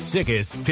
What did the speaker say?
Sickest